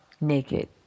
naked